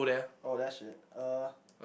oh that shit uh